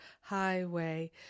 highway